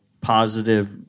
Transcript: positive